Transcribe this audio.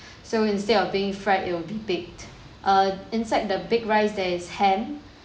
so instead of being fried it will be bake err inside the big rice there is ham